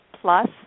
plus